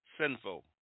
sinful